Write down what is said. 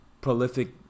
prolific